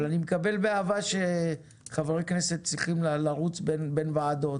אבל אני מקבל באהבה שחברי כנסת צריכים לרוץ בין ועדות